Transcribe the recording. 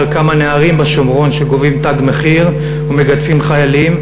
כמה נערים בשומרון שגובים "תג מחיר" ומגדפים חיילים,